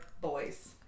boys